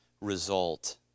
result